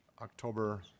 October